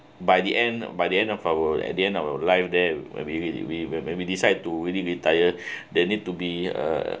by the end by the end of our at the end of our life there maybe we we may be decide to really retire they need to be uh